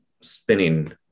spinning